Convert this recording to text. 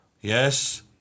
yes